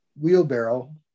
wheelbarrow